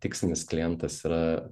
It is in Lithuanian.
tikslinis klientas yra